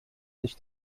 sich